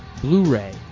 blu-ray